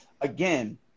again